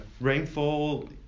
rainfall